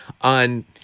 on